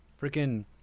freaking